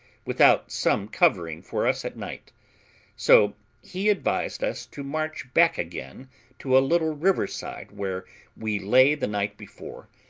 without some covering for us at night so he advised us to march back again to a little river-side where we lay the night before,